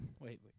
wait